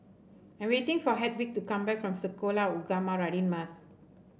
I'm waiting for Hedwig to come back from Sekolah Ugama Radin Mas